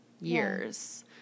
years